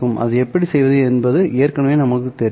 அதை எப்படி செய்வது என்பது ஏற்கனவே நமக்கு தெரியும்